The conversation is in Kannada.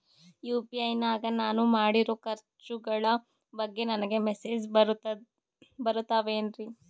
ಯು.ಪಿ.ಐ ನಾಗ ನಾನು ಮಾಡಿರೋ ಖರ್ಚುಗಳ ಬಗ್ಗೆ ನನಗೆ ಮೆಸೇಜ್ ಬರುತ್ತಾವೇನ್ರಿ?